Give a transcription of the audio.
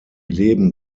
leben